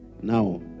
Now